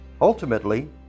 Ultimately